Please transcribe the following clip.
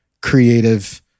creative